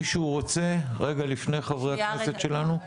מישהו רוצה לפני חברי הכנסת שלנו?